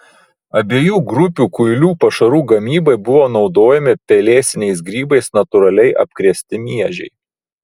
abiejų grupių kuilių pašarų gamybai buvo naudojami pelėsiniais grybais natūraliai apkrėsti miežiai